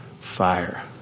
fire